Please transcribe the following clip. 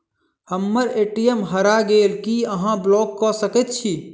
हम्मर ए.टी.एम हरा गेल की अहाँ ब्लॉक कऽ सकैत छी?